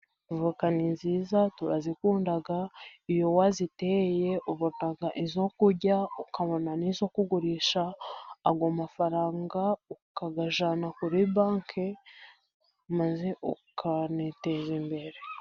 Voka ni nziza turazikunda, iyo waziteye ubona izo kurya ukabona n'izo kugurisha, ayo mafaranga ukayajyana kuri banki maze ukaniteza imbere.